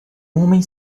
homem